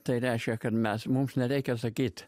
tai reiškia kad mes mums nereikia sakyt